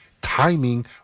timing